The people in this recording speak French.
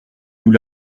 nous